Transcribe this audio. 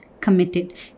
committed